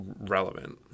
relevant